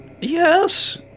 Yes